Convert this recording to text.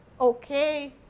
okay